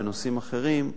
בנושאים אחרים,